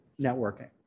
networking